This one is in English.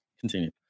continue